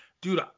dude